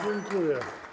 Dziękuję.